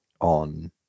on